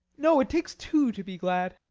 no, it takes two to be glad.